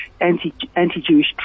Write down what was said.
anti-Jewish